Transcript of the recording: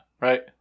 right